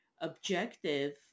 objective